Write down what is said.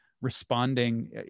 responding